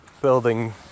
building